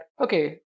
okay